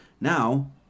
Now